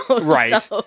Right